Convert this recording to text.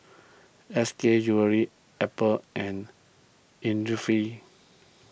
S K Jewellery Apple and Innisfree